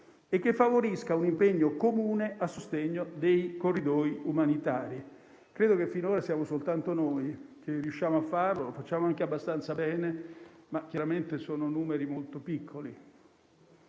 e che favorisca un impegno comune a sostegno dei corridoi umanitari. Credo che finora siamo solo noi che riusciamo a farlo. Lo facciamo anche abbastanza bene, ma chiaramente sono numeri abbastanza piccoli.